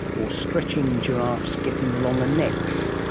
or stretching giraffes getting longer necks.